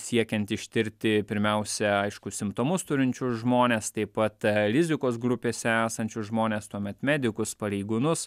siekiant ištirti pirmiausia aišku simptomus turinčius žmones taip pat rizikos grupėse esančius žmones tuomet medikus pareigūnus